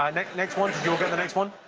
um next next one. did you all get the next one?